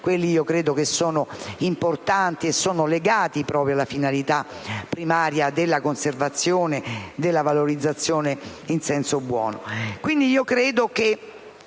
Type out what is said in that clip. anzi sono importanti e sono legati proprio alla finalità primaria della conservazione e della valorizzazione in senso buono.